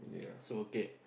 so okay